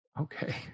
okay